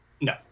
no